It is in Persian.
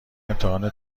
امتحان